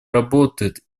работают